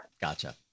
Gotcha